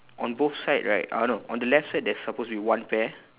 on both side right uh no on the left side there is supposed to be one pair